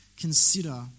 Consider